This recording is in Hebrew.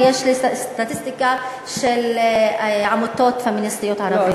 ויש סטטיסטיקה של עמותות פמיניסטיות ערביות.